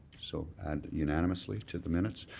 so add unanimously to the minutes.